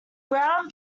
ground